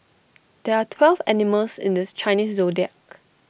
there are twelve animals in this Chinese Zodiac